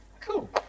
Cool